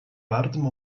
wartym